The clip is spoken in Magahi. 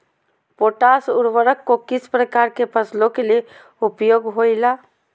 पोटास उर्वरक को किस प्रकार के फसलों के लिए उपयोग होईला?